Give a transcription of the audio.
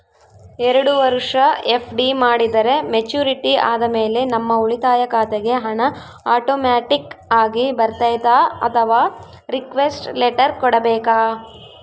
ಎರಡು ವರುಷ ಎಫ್.ಡಿ ಮಾಡಿದರೆ ಮೆಚ್ಯೂರಿಟಿ ಆದಮೇಲೆ ನಮ್ಮ ಉಳಿತಾಯ ಖಾತೆಗೆ ಹಣ ಆಟೋಮ್ಯಾಟಿಕ್ ಆಗಿ ಬರ್ತೈತಾ ಅಥವಾ ರಿಕ್ವೆಸ್ಟ್ ಲೆಟರ್ ಕೊಡಬೇಕಾ?